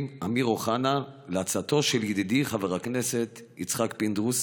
אמיר אוחנה על עצתו של ידידי חבר הכנסת יצחק פינדרוס